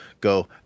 go